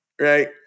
right